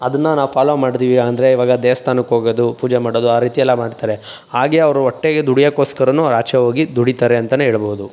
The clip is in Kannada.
ಅದನ್ನು ನಾವು ಫಾಲೋ ಮಾಡ್ತೀವಿ ಅಂದರೆ ಇವಾಗ ದೇವಸ್ಥಾನಕ್ಕೆ ಹೋಗೋದು ಪೂಜೆ ಮಾಡೋದು ಆ ರೀತಿ ಎಲ್ಲ ಮಾಡ್ತಾರೆ ಹಾಗೆ ಅವರು ಹೊಟ್ಟೆಗೆ ದುಡಿಯೋಕ್ಕೋಸ್ಕರವೂ ಅವರು ಆಚೆ ಹೋಗಿ ದುಡೀತಾರೆ ಅಂತಲೇ ಹೇಳ್ಬೋದು